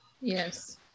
Yes